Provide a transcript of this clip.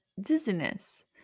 dizziness